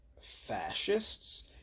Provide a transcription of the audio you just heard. fascists